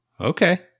Okay